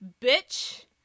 Bitch